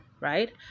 right